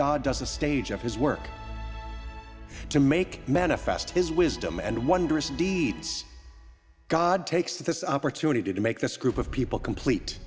god does a stage of his work to make manifest his wisdom and wondrous deeds god takes this opportunity to make this group of people complete